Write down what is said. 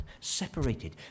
separated